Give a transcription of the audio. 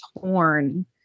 torn